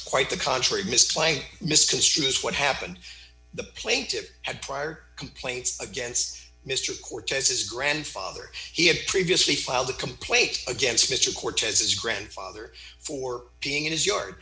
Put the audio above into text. quite the contrary misplaying misconstrues what happened the plaintive had prior complaints against mr cortez his grandfather he had previously filed a complaint against mr cortez his grandfather for peeing in his yard